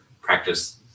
practice